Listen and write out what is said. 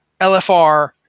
lfr